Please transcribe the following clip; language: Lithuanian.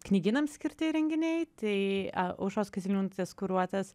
knygynams skirti renginiai tai aušros kaziliūnaitės kuruotas